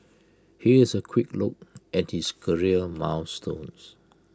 here's A quick look at his career milestones